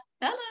Hello